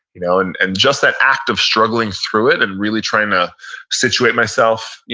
you know and and just that act of struggling through it, and really trying to situate myself,